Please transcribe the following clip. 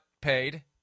paid